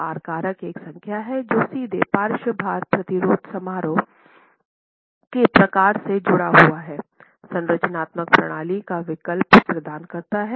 R कारक एक संख्या है जो सीधे पार्श्व भार प्रतिरोध समारोह के प्रकार से जुड़ा हुआ है संरचनात्मक प्रणाली का विकल्प प्रदान करता है